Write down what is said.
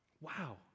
Wow